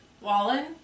Wallen